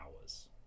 hours